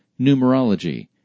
numerology